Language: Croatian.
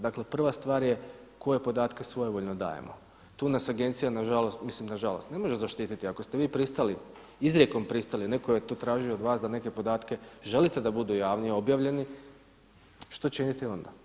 Dakle prva stvar je koje podatke svojevoljno dajemo, tu nas agencija nažalost, mislim nažalost, ne može zaštiti, ako ste vi pristali, izrijekom pristali, netko je to tražio od vas da neke podatke želite da budu javni, objavljeni, što činiti onda.